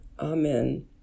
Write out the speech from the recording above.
Amen